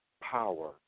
power